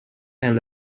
and